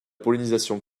pollinisation